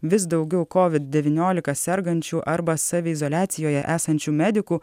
vis daugiau kovid devyniolika sergančių arba saviizoliacijoje esančių medikų